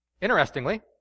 Interestingly